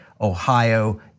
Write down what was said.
Ohio